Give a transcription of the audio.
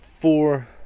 four